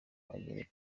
bagere